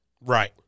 Right